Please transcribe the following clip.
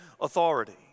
authority